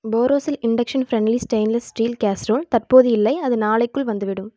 Borosil induction friendly stainless steel gas stove தற்போது இல்லை அது நாளைக்குள் வந்துவிடும்